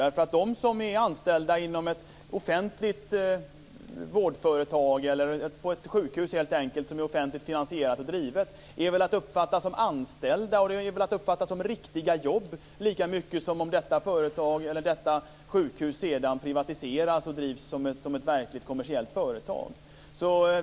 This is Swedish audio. De som är anställda inom ett offentligt vårdföretag, eller helt enkelt på ett sjukhus som är offentligt finansierat och drivet, är väl att uppfatta som anställda. Deras jobb är väl att uppfatta som riktiga jobb lika mycket som om detta företag eller detta sjukhus sedan privatiseras och drivs som ett verkligt kommersiellt företag.